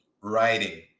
writing